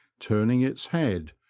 turning its head,